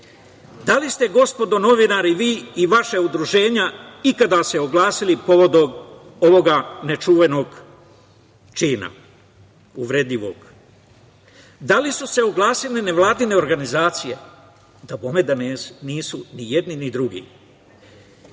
li ste, gospodo novinari, vi i vaša udruženja ikada se oglasili povodom ovog nečuvenog čina, uvredljivog? Da li su se oglasile nevladine organizacije? Dabome da nisu ni jedni ni drugi.